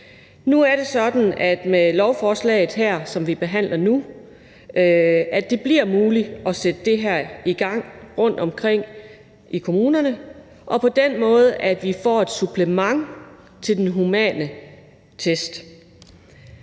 Nu er det sådan, at det med det lovforslag, som vi behandler nu, bliver muligt at sætte det her i gang rundtomkring i kommunerne, sådan at vi får et supplement til den humane test.